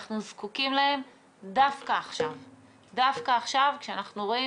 אנחנו זקוקים להם דווקא עכשיו כשאנחנו רואים